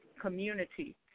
Community